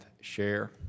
share